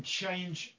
change